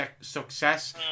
success